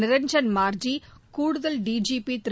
நிரஞ்ஜன் மார்டி கூடுதல் டிஜிபி திரு